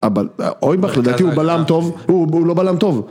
אבל אוי בכלל לדעתי הוא בלם טוב, הוא לא בלם טוב